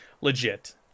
legit